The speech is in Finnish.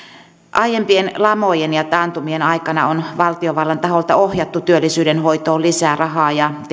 aiempien lamojen ja taantumien aikana on valtiovallan taholta ohjattu työllisyyden hoitoon lisää rahaa ja